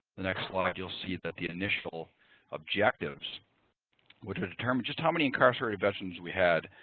the next slide, you'll see that the initial objectives would have determined just how many incarcerated veterans we had.